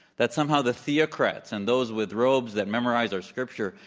that somehow the theocrats and those with robes that memorize their scripture,